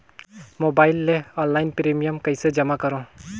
Mobile ले online premium कइसे जमा करों?